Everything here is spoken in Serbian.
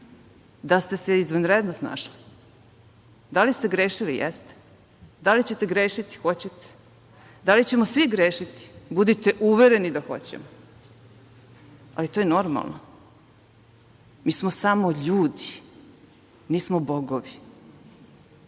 da ste se izvanredno snašli. Da li ste grešili? Jeste. Da li ćete grešiti? Hoćete. Da li ćemo svi grešiti? Budite uvereni da hoćemo, ali to je normalno, mi smo samo ljudi, nismo bogovi.S